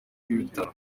bw’ibitaro